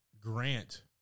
Grant